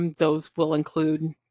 those will include